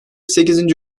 sekizinci